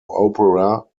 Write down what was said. opera